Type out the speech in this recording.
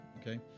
okay